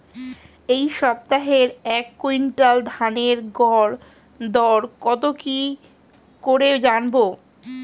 এই সপ্তাহের এক কুইন্টাল ধানের গর দর কত কি করে জানবো?